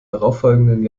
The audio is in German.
darauffolgenden